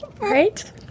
Right